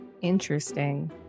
interesting